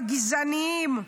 הגזעניים,